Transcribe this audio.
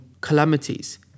calamities